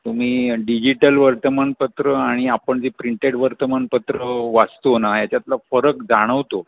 तुम्ही डिजिटल वर्तमानपत्र आणि आपण जे प्रिंटेड वर्तमानपत्र वाचतो ना याच्यातला फरक जाणवतो